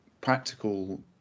practical